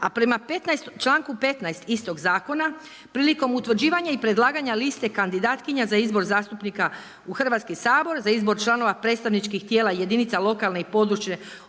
A prema članku 15. istog zakona, prilikom utvrđivanja i predlaganja liste kandidatkinja za izbor zastupnika u Hrvatski sabor, za izbor članova predstavničkih tijela i jedinica lokalne i područne,